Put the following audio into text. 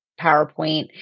PowerPoint